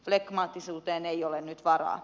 flegmaattisuuteen ei ole nyt varaa